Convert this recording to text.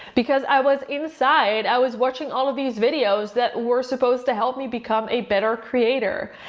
because i was inside, i was watching all of these videos that were supposed to help me become a better creator.